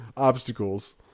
obstacles